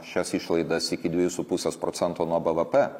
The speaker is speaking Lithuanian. šias išlaidas iki dviejų su pusės procento nuo bvp